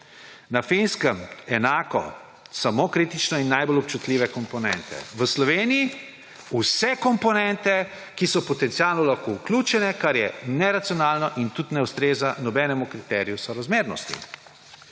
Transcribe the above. Na Finskem enako, samo kritične in najbolj občutljive komponente. V Sloveniji vse komponente, ki so potencialno lahko vključene, kar je neracionalno in tudi ne ustreza nobenemu kriteriju sorazmernosti.